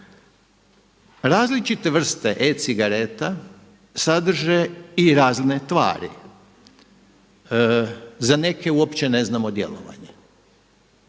Različite vrste e-cigareta sadrže i razne tvari. Za neke uopće ne znamo djelovanje.